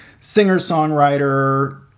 singer-songwriter